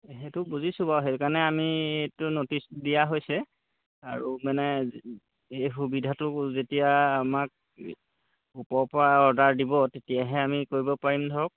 সেইটো বুজিছোঁ বাৰু সেইকাৰণে আমি এইটো ন'টিচ দিয়া হৈছে আৰু মানে এই সুবিধাটো যেতিয়া আমাক ওপৰৰ পৰা অৰ্ডাৰ দিব তেতিয়াহে আমি কৰিব পাৰিম ধৰক